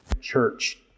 church